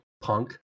punk